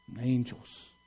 Angels